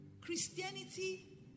Christianity